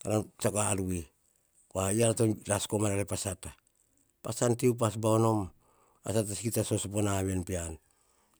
Ka ra tsiako ar vi, po wa tsa ra ras komana pa sata pats tsa upas bau nom, a sata kita so sopo na ven pean